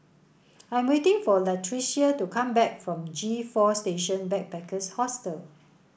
I'm waiting for Latricia to come back from G Four Station Backpackers Hostel